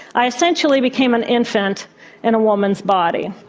i essentially became an infant in a woman's body.